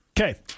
Okay